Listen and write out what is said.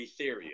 Ethereum